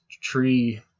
tree